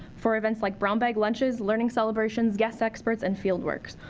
for events like brown-bag lunches, learning celebrations, guest experts and field works.